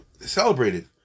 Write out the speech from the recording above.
celebrated